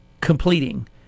completing